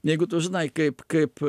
jeigu tu žinai kaip kaip